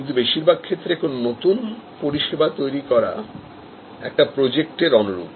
কিন্তু বেশিরভাগ ক্ষেত্রে কোন নতুন পরিষেবা তৈরি করা একটি প্রজেক্ট এর অনুরূপ